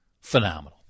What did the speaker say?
phenomenal